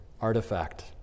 artifact